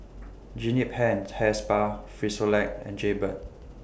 Jean Yip Hair Hair Spa Frisolac and Jaybird